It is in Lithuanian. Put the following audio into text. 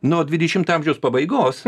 nuo dvidešimto amžiaus pabaigos